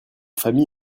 famille